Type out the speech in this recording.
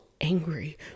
angry